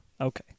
Okay